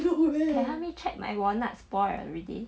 can help me check my walnut spoil already